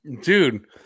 dude